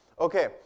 Okay